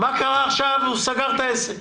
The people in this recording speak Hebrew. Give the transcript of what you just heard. מה קרה עכשיו כשסגר את העסק?